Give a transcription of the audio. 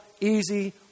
easy